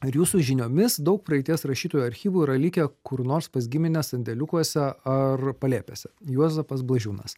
ir jūsų žiniomis daug praeities rašytojų archyvų yra likę kur nors pas gimines sandėliukuose ar palėpėse juozapas blažiūnas